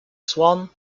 swan